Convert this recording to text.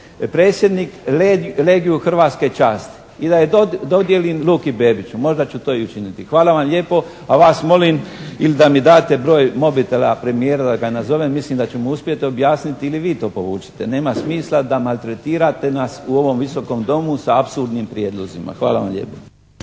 predsjednik Legiju hrvatske časti i da je dodijelim Luki Bebiću. Možda ću to i učiniti. Hvala vam lijepo, a vas molim il' da mi date broj mobitela premijera da ga nazovem, mislim da ću mu uspjeti objasniti. Ili vi to poručite. Nema smisla da maltretirate nas u ovom Visokom domu sa apsurdnim prijedlozima. Hvala vam lijepo.